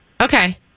Okay